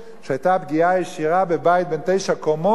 שהיתה פגיעה ישירה בבית בן תשע קומות,